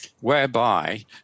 whereby